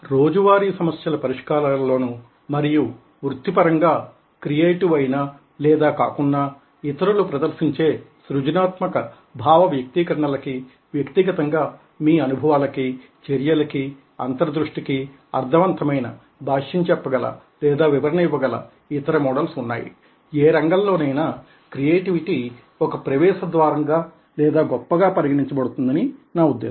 రోజువారీ సమస్యల పరిష్కారాలలోనూ మరియు వృత్తిపరంగా క్రియేటివ్ అయిన లేదా కాకున్నా ఇతరులు ప్రదర్శించే సృజనాత్మక భావవ్యక్తీకరణలకీ వ్యక్తిగతంగా మీ అనుభవాలాకీ చర్యలకీ అంతరదృష్టికీ అర్ధవంతమైన భాష్యం చెప్పగల లేదా వివరణనివ్వగల ఇతర మోడల్స్ వున్నాయి ఏ రంగంలోనయినా క్రియేటివిటీ ఒక ప్రవేశ ద్వారంగా లేదా గొప్పగా పరిగణించబడుతుందని నా ఉద్దేశ్యం